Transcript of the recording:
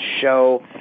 show